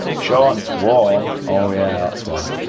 shaun it's warm. oh yeah, that's why.